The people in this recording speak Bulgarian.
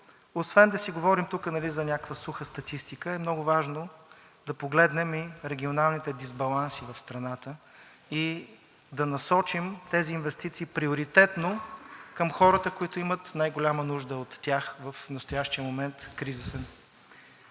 освен да си говорим тук за някаква суха статистика, е много важно да погледнем регионалните дисбаланси в страната и да насочим тези инвестиции приоритетно към хората, които имат най-голяма нужда от тях в настоящия кризисен